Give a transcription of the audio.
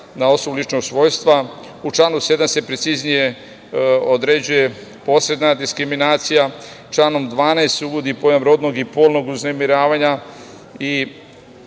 na osnovu ličnog svojstva. U članu 7. se preciznije određuje posredna diskriminacija. Članom 12. se uvodi pojam rodnog i polnog uznemiravanja i